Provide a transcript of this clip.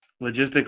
Logistics